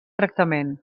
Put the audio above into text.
tractament